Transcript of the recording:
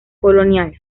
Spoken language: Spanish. colonial